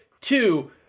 Two